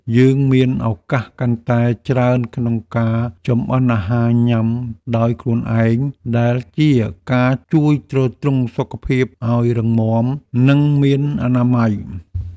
យើងមានឱកាសកាន់តែច្រើនក្នុងការចម្អិនអាហារញ៉ាំដោយខ្លួនឯង ដែលជាការជួយទ្រទ្រង់សុខភាពឱ្យរឹងមាំនិងមានអនាម័យ។